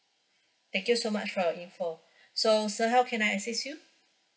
thank you so much for your info so sir how can I assist you